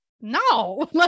No